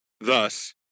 Thus